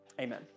amen